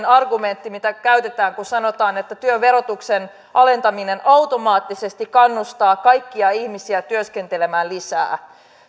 argumentti mitä käytetään kun sanotaan että työn verotuksen alentaminen automaattisesti kannustaa kaikkia ihmisiä työskentelemään lisää